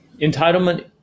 Entitlement